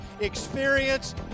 Experience